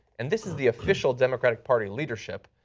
and this is the official democratic party leadership,